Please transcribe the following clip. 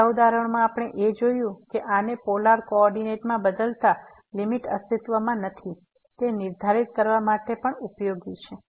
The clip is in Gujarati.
બીજા ઉદાહરણમાં આપણે એ જોયું કે આને પોલાર કોઓર્ડિનેટમાં બદલતા લીમીટ અસ્તિત્વમાં નથી તે નિર્ધારિત કરવા માટે પણ ઉપયોગી છે